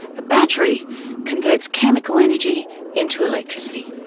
a battery converts chemical energy into electricity.